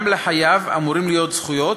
גם לחייב אמורות להיות זכויות,